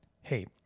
hey